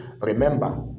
Remember